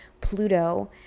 Pluto